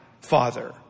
Father